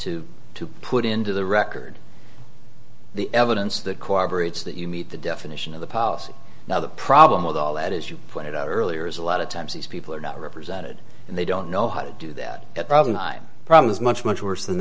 benefits to put into the record the evidence that cooperates that you meet the definition of the policy now the problem with all that as you pointed out earlier is a lot of times these people are not represented and they don't know how to do that at present a problem is much much worse than